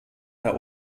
der